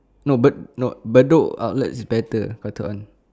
no but no bedok outlet is better Cotton On